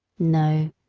no,